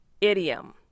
Idiom